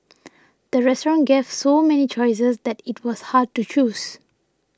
the restaurant gave so many choices that it was hard to choose